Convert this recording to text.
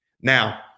Now